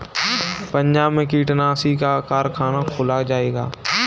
पंजाब में कीटनाशी का कारख़ाना खोला जाएगा